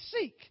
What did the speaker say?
seek